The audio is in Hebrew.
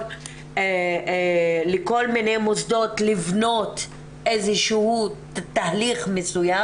לכל מיני מוסדות לבנות איזה שהוא תהליך מסוים.